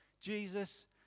Jesus